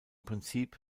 prinzip